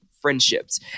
friendships